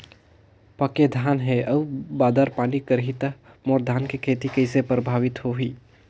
पके धान हे अउ बादर पानी करही त मोर धान के खेती कइसे प्रभावित होही?